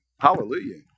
hallelujah